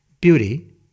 beauty